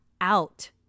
out